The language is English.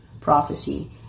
prophecy